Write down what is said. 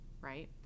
right